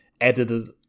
edited